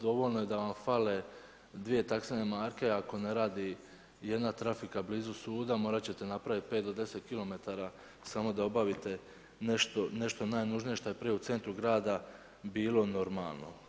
Dovoljno je da vam fale taksene marke ako ne radi jedna trafika blizu suda morat ćete napraviti 5 do 10 km samo da obavite nešto najnužnije što je prije u centru grada bilo normalno.